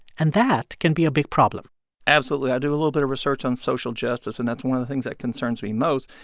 and that can be a big problem absolutely. i do a little bit of research on social justice, and that's one of the things that concerns me most,